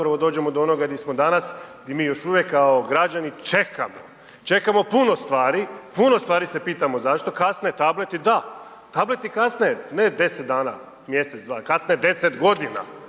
zapravo dođemo do onoga gdje smo danas gdje mi još uvijek kao građani čekamo, čekamo puno stvari, puno stvari se pitamo zašto. Kasne tableti, da, tableti kasne ne deset dana, mjesec, dva, kasne deset godina.